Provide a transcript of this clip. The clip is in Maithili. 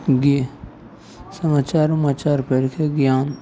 जी समाचार उमाचार पढ़िके ज्ञान